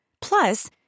Plus